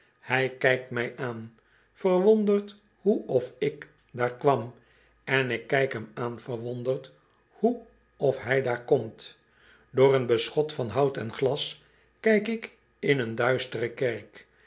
hij kijkt mij aan verwonderd hoe of ik daar kwam en ik kijk hem aan verwonderd hoe of hij daar komt door een beschot van hout en glas kijk ik in een duistere kerk